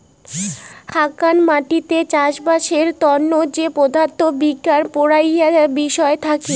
হাকান মাটিতে চাষবাসের তন্ন যে পদার্থ বিজ্ঞান পড়াইয়ার বিষয় থাকি